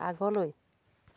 আগলৈ